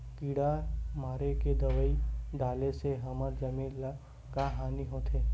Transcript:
किड़ा मारे के दवाई डाले से हमर जमीन ल का हानि होथे?